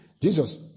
Jesus